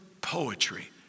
poetry